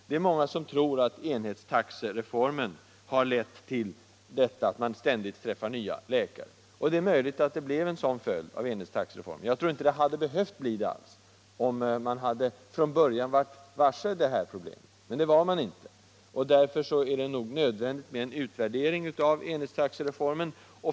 Det är många som tror att enhetstaxereformen är en av orsakerna till att man ständigt träffar nya läkare. Det är möjligt att det blev en sådan följd av enhetstaxereformen. Jag tror inte att det hade blivit så, om man från början varit medveten om den här risken. Men det var man inte, och därför är det nog nödvändigt med en utvärdering av enhetstaxereformen.